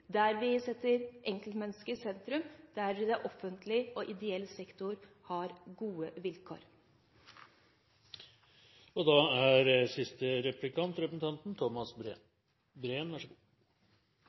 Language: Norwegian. der vi setter enkeltmennesket i sentrum, og der det offentlige og ideell sektor har gode vilkår. Jeg hørte med undring på resonnementet representanten